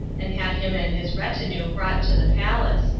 and had him and his retinue brought to the palace,